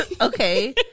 Okay